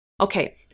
Okay